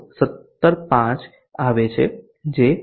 16175 આવે છે જે 3